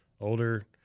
older